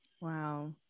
wow